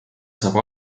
saab